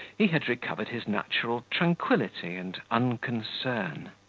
he had recovered his natural tranquility and unconcern.